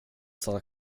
stanna